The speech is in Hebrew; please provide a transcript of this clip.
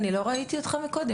אני לא ראיתי אותך מקודם,